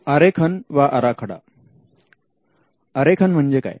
आरेखन वा आराखडा आरेखन म्हणजे काय